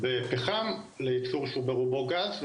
בפחם לייצור שהוא ברובו גז.